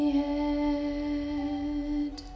head